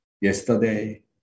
Yesterday